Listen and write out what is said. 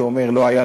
שאומר: לא היה,